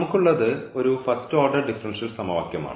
നമുക്കുള്ളത് ഒരു first order differential സമവാക്യമാണ്